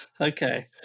Okay